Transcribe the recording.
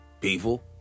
people